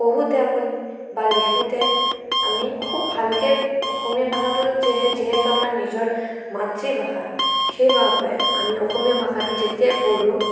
পঢ়োতে আপুনি বা লিখোতে আমি খুব ভালকৈয়ে অসমীয়া ভাষাটো যিহে যিহেতু আমাৰ নিজৰ মাতৃভাষা সেইবাবে আমি অসমীয়া ভাষাটো যেতিয়াই পঢ়ো